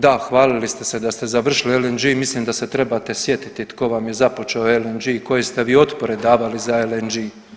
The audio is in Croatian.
Da, hvalili ste se da ste završili LNG, mislim da se trebate sjetiti tko vam je započeo LNG, koje ste vi otpore davali za LNG.